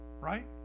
right